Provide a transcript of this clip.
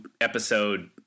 episode